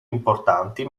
importanti